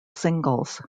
singles